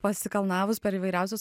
pasikalnavus per įvairiausius